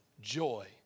Joy